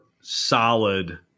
solid